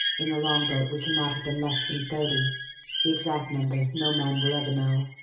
in the long-boat we cannot have been less than thirty the exact number no man will ever know.